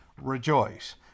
rejoice